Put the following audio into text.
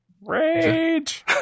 Rage